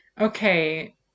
Okay